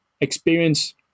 experience